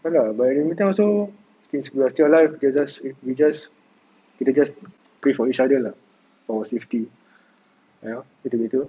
ya lah but in the mean time since we are still alive we just we just kita just pray for each other lah for safety you know gitu-gitu